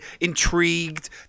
intrigued